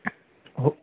हो